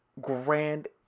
grand